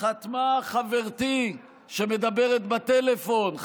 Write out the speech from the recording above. חתמה חברתי שמדברת בטלפון,